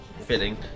Fitting